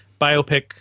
biopic